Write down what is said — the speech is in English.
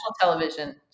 television